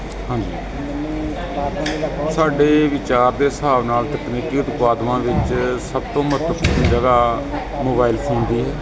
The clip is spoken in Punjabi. ਹਾਂਜੀ ਸਾਡੇ ਵਿਚਾਰ ਦੇ ਹਿਸਾਬ ਨਾਲ ਤਕਨੀਕੀ ਉਤਪਾਦਾਂ ਵਿੱਚ ਸਭ ਤੋਂ ਮਹੱਤਵਪੂਰਨ ਜਗ੍ਹਾ ਮੋਬਾਇਲ ਫੋਨ ਦੀ ਹੈ